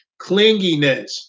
clinginess